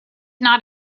not